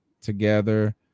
together